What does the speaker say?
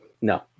No